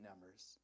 numbers